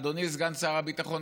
אדוני סגן שר הביטחון,